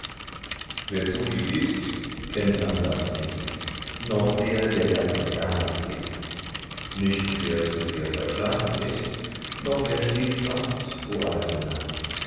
wer zuviel ißt kennt andacht nicht noch der der ganz und gar nicht ißt nicht wer zu sehr verschlafen ist noch wer stets wacht o arjuna